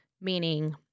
Meaning